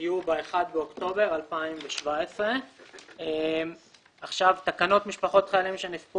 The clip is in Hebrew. יהיו ב-1 באוקטובר 2017. תקנות משפחות חיילים שנספו